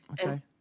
okay